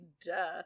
duh